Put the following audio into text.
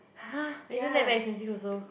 !huh! isn't that very expensive also